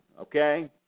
okay